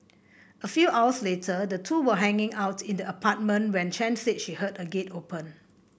a few hours later the two were hanging out in the apartment when Chen said she heard a gate open